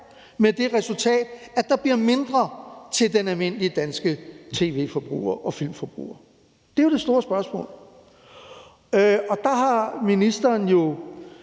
med det resultat, at der bliver mindre til den almindelige danske tv-forbruger og filmforbruger? Det er jo det store spørgsmål. Der har ministeren i